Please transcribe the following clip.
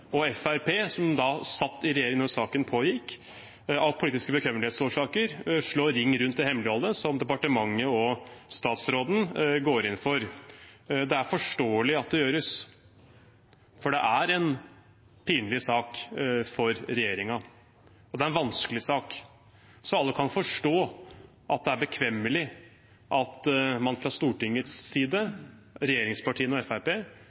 og Fremskrittspartiet som satt i regjering da saken pågikk, av politiske bekvemmelighetsårsaker slår ring rundt det hemmeligholdet som departementet og statsråden går inn for. Det er forståelig at det gjøres, for det er en pinlig sak for regjeringen – og det er en vanskelig sak. Så alle kan forstå at det er bekvemmelig at man fra Stortingets side – ved regjeringspartiene og